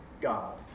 God